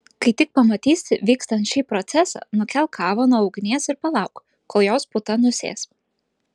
kai tik pamatysi vykstant šį procesą nukelk kavą nuo ugnies ir palauk kol jos puta nusės